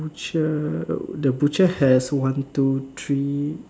butcher the butcher has one two three